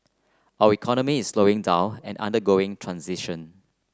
our economy is slowing down and undergoing transition